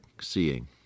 seeing